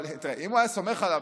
אם הוא היה סומך עליו,